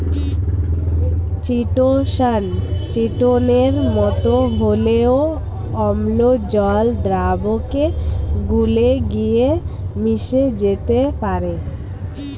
chitosan চিটোনের মতো হলেও অম্ল জল দ্রাবকে গুলে গিয়ে মিশে যেতে পারে